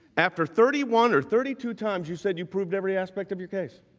after thirty one or thirty two times you said you proved every aspect of your case.